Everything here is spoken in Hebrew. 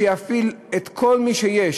שיפעיל את כל מי שיש,